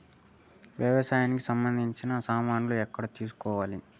వ్యవసాయానికి సంబంధించిన సామాన్లు ఎక్కడ తీసుకోవాలి?